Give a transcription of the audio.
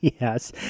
Yes